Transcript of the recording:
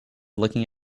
looking